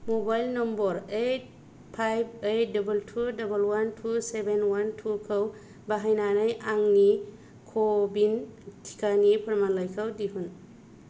mobile number eight five eight double two double one two seven one two खौ बाहायनानै आंनि क विन टिकानि फोरमानलाइखौ दिहुन